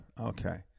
okay